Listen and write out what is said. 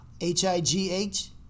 H-I-G-H